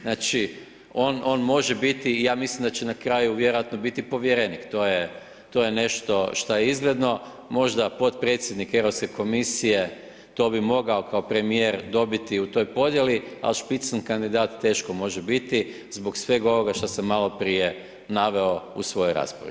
Znači on može biti i ja mislim da će na kraju vjerojatno biti povjerenik, to je nešto što je izgledno, možda potpredsjednik Europske komisije, to bi mogao kao premjer dobiti u toj podijeli, ali špicen kandidat teško može biti, zbog svega ovoga što sam maloprije naveo u svojoj raspravi.